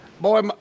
boy